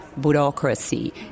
bureaucracy